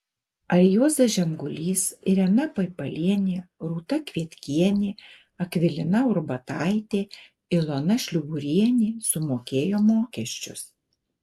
ar juozas žemgulys irena paipalienė rūta kvietkienė akvilina ubartaitė ilona šliuburienė sumokėjo mokesčius